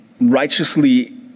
righteously